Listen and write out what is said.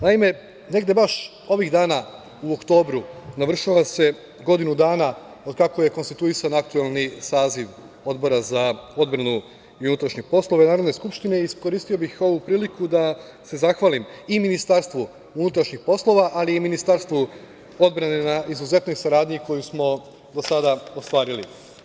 Naime, negde baš ovih dana u oktobru navršava se godinu dana od kako je konstituisan aktuelni saziv Odbora za odbranu i unutrašnje poslove Narodne skupštine i iskoristio bih ovu priliku da se zahvalim i Ministarstvu unutrašnjih poslova ali i Ministarstvu odbrane na izuzetnoj saradnji koju smo do sada ostvarili.